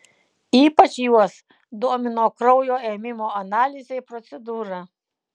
ypač juos domino kraujo ėmimo analizei procedūra